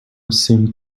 seemed